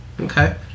Okay